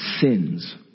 sins